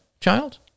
child